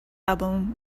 album